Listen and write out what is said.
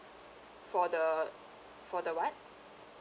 for the for the what